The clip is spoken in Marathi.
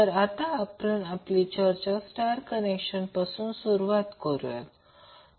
तर आता आपण आपली चर्चा डेल्टा स्टार् कनेक्शन पासून सुरुवात करुया